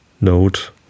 note